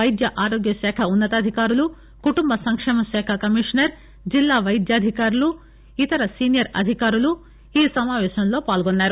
పైద్య ఆరోగ్యశాఖ ఉన్న తాధికారులు కుటుంబ సంక్షేమశాఖ కమిషనర్ జిల్లా వైద్యాదికారి ఇతర సీనియర్ అధికారులు ఈ సమాపేశంలో పాల్గొన్నారు